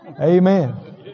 Amen